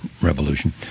revolution